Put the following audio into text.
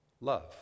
love